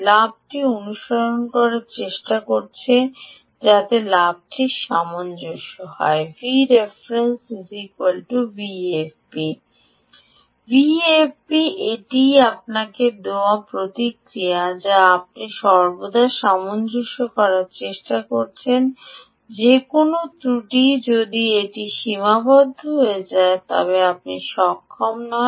লাভটি অনুসরণ করার চেষ্টা করছে যাতে লাভটি সামঞ্জস্য হয় VFB এটিই আপনাকে দেওয়া প্রতিক্রিয়া যা আপনি সর্বদা সামঞ্জস্য করার চেষ্টা করছেন যে কোনও ত্রুটি যদি এটি সীমাবদ্ধ হয়ে যায় তবে আপনি সক্ষম নন